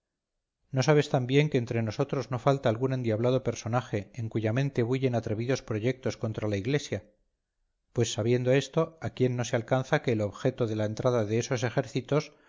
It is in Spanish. no sabes también que entre nosotros no falta algún endiablado personaje en cuya mente bullen atrevidos proyectos contra la iglesia pues sabiendo esto a quién no se alcanza que el objeto de la entrada de esos ejércitos